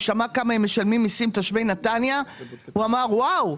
הוא שמע כמה מיסים משלמים תושבי נתניה והוא אמר: וואו,